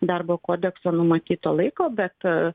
darbo kodekso numatyto laiko bet